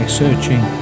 searching